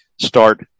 start